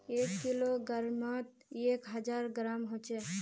एक किलोग्रमोत एक हजार ग्राम होचे